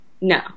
No